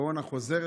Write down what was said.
הקורונה חוזרת,